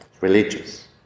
religious